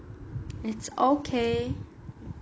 it's okay